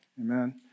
Amen